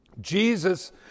Jesus